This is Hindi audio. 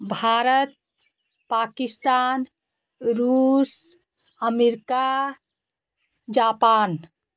भारत पाकिस्तान रूस अमेरिका जापान